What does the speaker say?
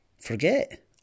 forget